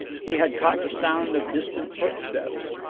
he had caught the sound of distant footsteps.